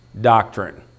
doctrine